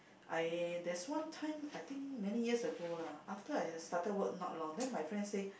I there's one time I think many years ago lah after I started work not long then my friend say